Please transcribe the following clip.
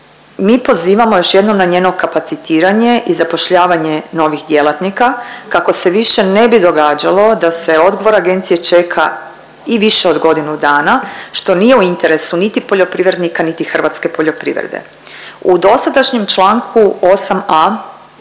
mi pozivamo još jednom na njeno kapacitiranje i zapošljavanje novih djelatnika kako se više ne bi događalo da se odgovor agencije čeka i više od godinu dana, što nije u interesu niti poljoprivrednika niti hrvatske poljoprivrede. U dosadašnjem čl. 8.a